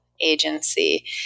agency